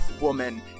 woman